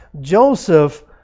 Joseph